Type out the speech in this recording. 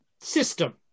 system